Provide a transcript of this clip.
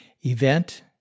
Event